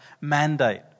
mandate